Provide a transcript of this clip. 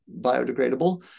biodegradable